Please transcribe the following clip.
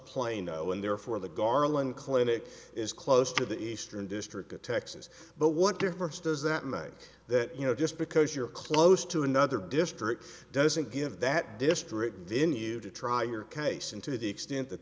plano and therefore the garland clinic is close to the eastern district of texas but what difference does that mean that you know just because you're close to another district doesn't give that district didn't you try your case in to the extent that